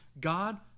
God